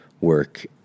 work